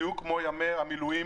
בדיוק כמו ימי המילואים.